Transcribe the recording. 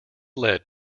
led